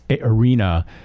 arena